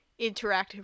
interactive